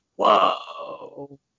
Whoa